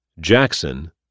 Jackson